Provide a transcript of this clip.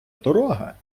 дорога